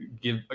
give